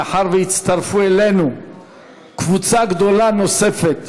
מאחר שהצטרפה אלינו קבוצה גדולה נוספת